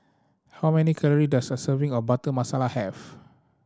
how many calorie does a serving of Butter Masala have